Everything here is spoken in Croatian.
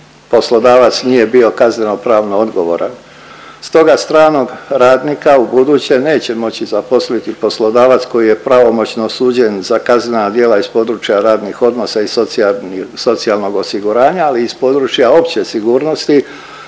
poslodavac nije bio kaznenopravno odgovoran. Stoga stranog radnika ubuduće neće moći zaposliti poslodavac koji je pravomoćno osuđen za kaznena djela iz područja radnih odnosa i socijalnog osiguranja, ali iz područja opće sigurnosti,